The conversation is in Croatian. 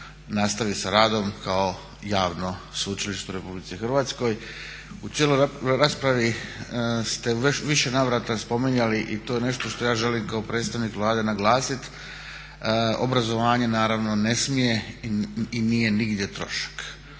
nastavi sa radom kao javno sveučilište u Republici Hrvatskoj. U cijeloj raspravi ste u više navrata spominjali i to je nešto što ja želim kao predstavnik Vlade naglasiti obrazovanje naravno ne smije i nije nigdje trošak.